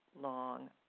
long